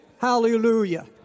Hallelujah